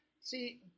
See